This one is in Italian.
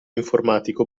informatico